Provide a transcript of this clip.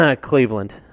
Cleveland